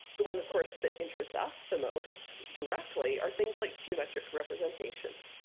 the one, of course, that interests us the most directly are things like geometric representations.